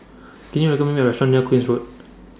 Can YOU recommend Me A Restaurant near Queen's Road